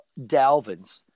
Dalvins